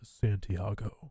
Santiago